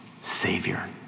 Savior